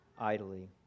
idly